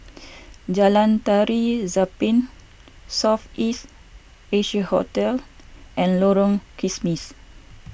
Jalan Tari Zapin South East Asia Hotel and Lorong Kismis